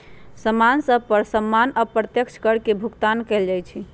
समान सभ पर सामान्य अप्रत्यक्ष कर के भुगतान कएल जाइ छइ